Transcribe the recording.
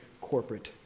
corporate